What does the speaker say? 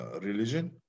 religion